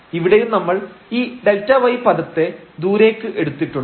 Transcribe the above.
ഇവിടെയും നമ്മൾ ഈ Δy പദത്തെ ദൂരേക്ക് എടുത്തിട്ടുണ്ട്